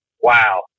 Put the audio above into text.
Wow